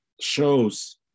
shows